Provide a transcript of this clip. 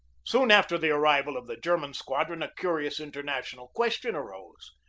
soon after the arrival of the german squadron a curious international question arose.